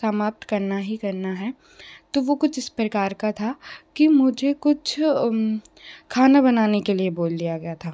समाप्त करना ही करना है तो वो कुछ इस प्रकार का था कि मुझे कुछ खाना बनाने के लिए बोल दिया गया था